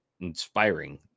inspiring